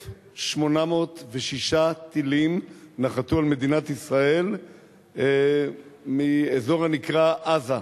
1,806 טילים נחתו על מדינת ישראל מאזור הנקרא עזה,